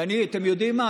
ואתם יודעים מה?